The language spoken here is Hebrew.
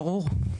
כן.